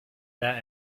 that